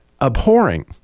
abhorring